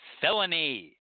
felony